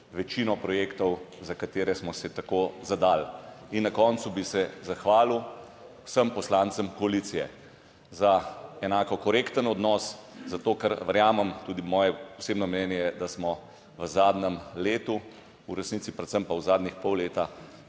večino projektov, za katere smo se tako zadali. In na koncu bi se zahvalil vsem poslancem koalicije za enako korekten odnos, zato ker verjamem, tudi moje osebno mnenje je, da smo v zadnjem letu v resnici, predvsem pa v zadnjih pol leta